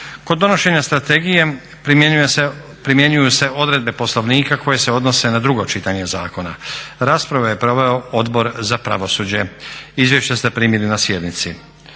Kod donošenja strategije primjenjuju se odredbe Poslovnika koje se odnose na drugo čitanje zakona. Raspravu je proveo Odbor za pravosuđe. Izvješća ste primili na sjednici.